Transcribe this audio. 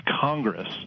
Congress